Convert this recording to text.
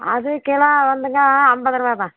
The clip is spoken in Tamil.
அது கிலோ வந்துங்க ஐம்பது ரூபாதான்